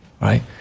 right